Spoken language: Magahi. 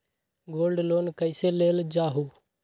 गोल्ड लोन कईसे लेल जाहु?